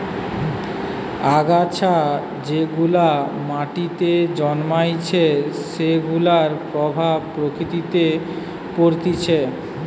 আগাছা যেগুলা মাটিতে জন্মাইছে সেগুলার প্রভাব প্রকৃতিতে পরতিছে